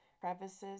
crevices